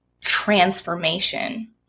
transformation